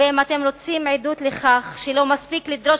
ואם אתם רוצים עדות לכך שלא מספיק לדרוש